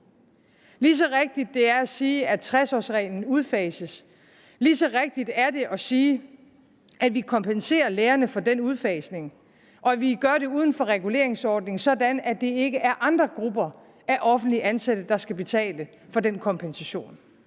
Lige så rigtigt det er at sige, at 60-årsreglen udfases, lige så rigtigt er det at sige, at vi kompenserer lærerne for den udfasning, og at vi gør det uden for reguleringsordningen, sådan at det ikke er andre grupper af offentligt ansatte, der skal betale for den kompensation.